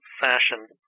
fashion